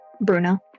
Bruno